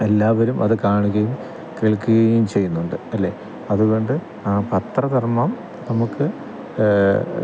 എല്ലാവരും അത് കാണുകയും കേൾക്കുകയും ചെയ്യുന്നുണ്ട് അല്ലെ അതുകൊണ്ട് ആ പത്രധർമ്മം നമുക്ക്